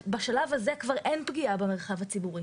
בשלב הזה כבר אין פגיעה במרחב הציבורי,